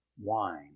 wine